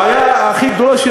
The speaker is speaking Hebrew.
הבעיה הכי גדולה,